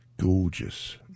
Gorgeous